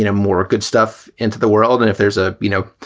you know more good stuff into the world. and if there's a, you know,